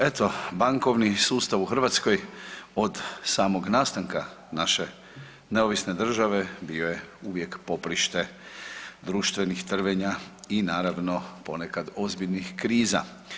Eto bankovni sustav u Hrvatskoj od samog nastanka naše neovisne države bio je uvijek poprište društvenih trvenja i naravno ponekad ozbiljni kriza.